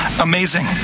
amazing